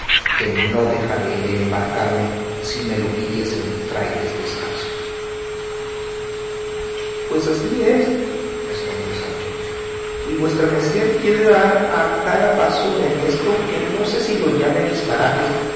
que no dejaré de embarcarme si me lo pidiesen frailes descalzos pues así es respondió sancho y vuestra merced quiere dar a cada paso en estos que no sé si los llame disparates